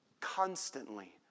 constantly